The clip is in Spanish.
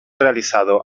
realizado